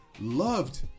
loved